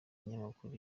kinyamakuru